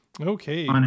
Okay